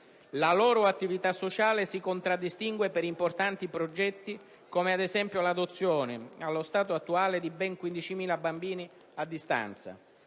La loro attività sociale si contraddistingue per importanti progetti, come ad esempio l'adozione, allo stato attuale, di ben 15.000 bambini a distanza.